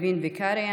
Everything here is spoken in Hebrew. לוין וקרעי.